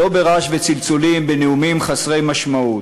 לא ברעש וצלצולים ובנאומים חסרי משמעות.